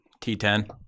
T10